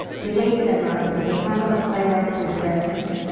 today's seminar is with a panel of playwrights and directors.